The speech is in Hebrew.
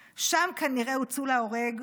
שם, כנראה, הוצאו להורג.